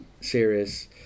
series